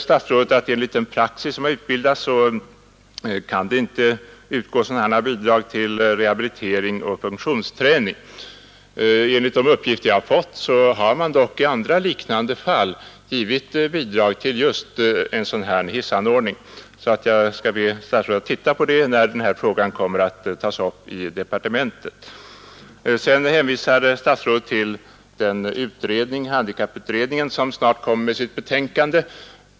Statsrådet säger att det enligt utbildad praxis inte kan utgå sådana bidrag till rehabilitering och funktionsträning. Enligt uppgifter jag har fått har man i andra liknande fall givit bidrag till just en sådan här hissanordning. Jag skall be statsrådet att titta på det förhållandet när frågan kommer upp i departementet. Sedan hänvisade statsrådet till handikapputredningen, som snart kommer att avge sitt betänkande.